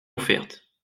offertes